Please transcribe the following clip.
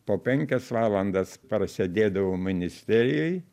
po penkias valandas prasėdėdavau ministerijoj